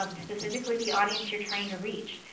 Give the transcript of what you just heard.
um specifically the audience you are trying to reach.